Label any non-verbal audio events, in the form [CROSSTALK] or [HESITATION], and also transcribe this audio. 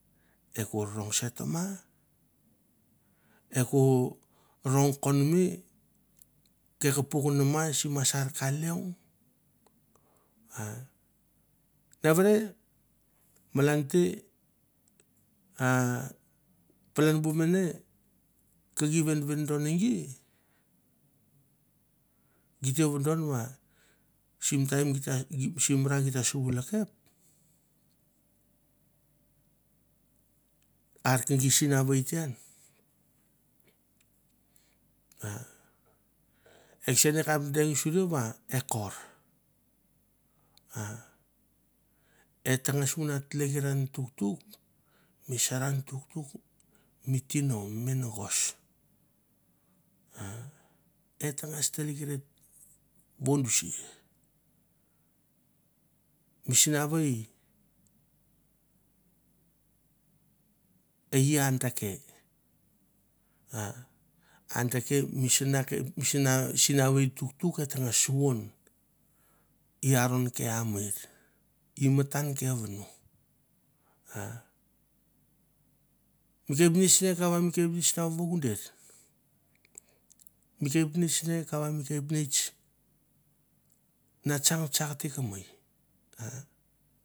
E ko rong se tama, e ko rong konome kek puk nama sim masa ka leong, [HESITATION] nevere malan te [HESITATION] palan bu mene ke gi venvendon e gi, gi te vodon va sim taim gita sim ra gi ta suvu lekep ar ke sinavei te an, e kesen va e kap deng suri va e kor, ah e tangas vuna tlekran tuktuk mi saran tuktuk mi tino mi minagos, [HESITATION] et tangas tlekkran vondisi mi sinavei e i a deke a mis sinavei tuktuk et tangas suvon i aron ke amer, i matan ke vono, a mi kepnets ne kava mi kepnets na vakuder mi kapneits ne kava mi kepnets na tsang vatsakte ka mei. [HESITATION]